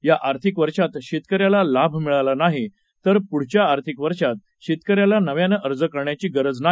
या आर्थिक वर्षात शेतकऱ्याला लाभ मिळाला नाही तर पुढच्या आर्थिक वर्षात शेतकऱ्याला नव्यानं अर्ज करण्याची गरज नाही